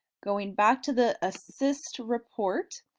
going back to the assist report,